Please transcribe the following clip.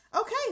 Okay